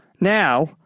Now